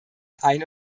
ein